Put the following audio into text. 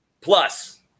Plus